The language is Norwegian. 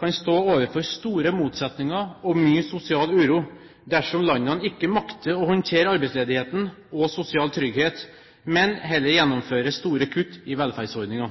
kan stå overfor store motsetninger og mye sosial uro dersom landene ikke makter å håndtere arbeidsledigheten og sosial trygghet, men heller gjennomfører store kutt i velferdsordningene.